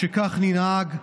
שכך ננהג,